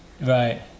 Right